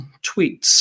tweets